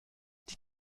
die